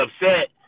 upset